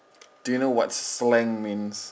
do you know what slang means